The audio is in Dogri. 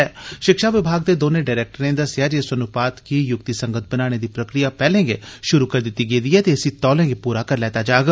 षिक्षा विभाग दे दौनें डरैक्टरें दस्सेआ जे इस अनुपात गी युक्तिसंगत बनाने दी प्रक्रिया पैह्ले गै षुरू करी दित्ती गेदी ऐ ते इसी तौले गै पूरा करी लैता जाग